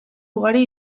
ugari